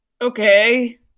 Okay